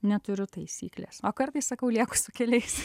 neturiu taisyklės o kartais sakau lieku su keliais